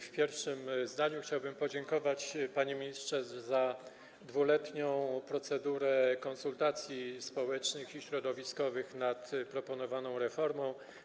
W pierwszym zdaniu chciałbym podziękować, panie ministrze, za 2-letnią procedurę konsultacji społecznych i środowiskowych w sprawie proponowanej reformy.